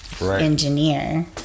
engineer